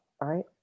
right